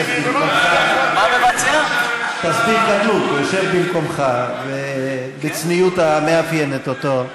הוא יושב במקומך בצניעות המאפיינת אותו.